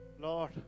Lord